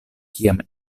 kiam